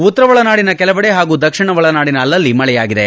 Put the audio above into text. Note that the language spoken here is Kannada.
ಉತ್ತರ ಒಳನಾಡಿನ ಕೆಲವೆಡೆ ಹಾಗೂ ದಕ್ಷಿಣ ಒಳನಾಡಿನ ಅಲ್ಲಲ್ಲಿ ಮಳೆಯಾಗಿದೆ